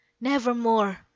Nevermore